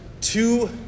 two